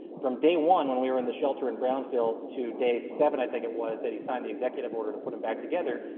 from day one, when we were in the shelter in brownsville, to day seven, i think it was, that he signed the executive order to put them back together,